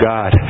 God